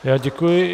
Já děkuji.